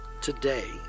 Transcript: today